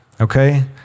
Okay